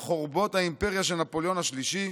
חורבות האימפריה של נפוליאון השלישי,